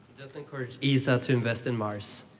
just encourage esa to invest in mars.